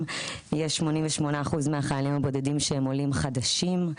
יש 88% מהחיילים הבודדים שהם עולים חדשים.